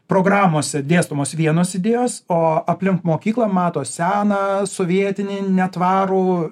programose dėstomos vienos idėjos o aplink mokyklą mato seną sovietinį netvarų